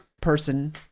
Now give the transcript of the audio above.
person